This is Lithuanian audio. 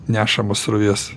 nešamas srovės